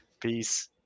peace